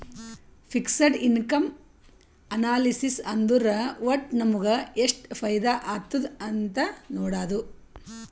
fixed income analysis ಅಂದುರ್ ವಟ್ಟ್ ನಮುಗ ಎಷ್ಟ ಫೈದಾ ಆತ್ತುದ್ ಅಂತ್ ನೊಡಾದು